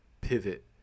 pivot